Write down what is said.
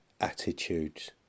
attitudes